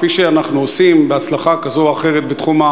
כפי שאנחנו עושים בהצלחה כזו או אחרת בתחום,